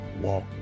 walk